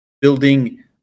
building